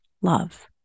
love